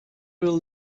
will